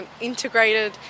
integrated